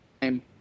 time